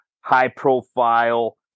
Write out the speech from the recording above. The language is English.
high-profile